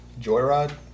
Joyride